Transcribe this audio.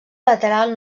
lateral